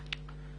מים.